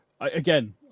again